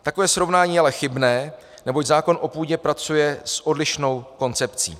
Takové srovnání je ale chybné, neboť zákon o půdě pracuje s odlišnou koncepcí.